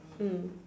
mm